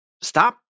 stop